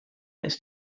ist